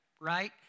right